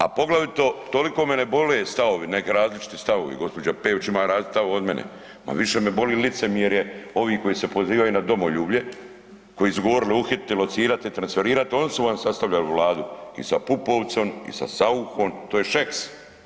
A poglavito toliko me ne bole stavovi, neki različiti stavovi, gđa. Peović ima različit stav od mene ali više me boli licemjerje ovih koji se pozivaju na domoljublje, koji su govorili „uhititi, locirati, transferirat“, oni su vam sastavljali Vladu i sa Pupovcem i sa Sauchom, to je Šeks.